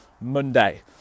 Monday